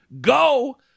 Go